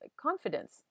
confidence